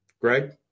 Greg